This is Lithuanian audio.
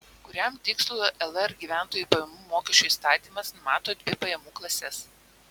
kuriam tikslui lr gyventojų pajamų mokesčio įstatymas numato dvi pajamų klases